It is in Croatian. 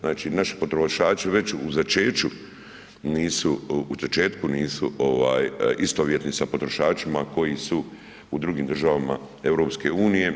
Znači naši potrošači već u začeću nisu, u početku nisu ovaj istovjetni sa potrošačima koji su u drugim državama EU.